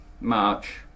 March